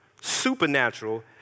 supernatural